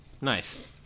Nice